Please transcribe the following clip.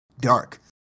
dark